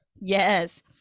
yes